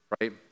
Right